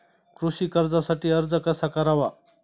कृषी कर्जासाठी अर्ज कसा करावा?